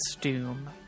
Doom